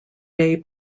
day